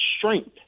strength